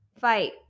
fight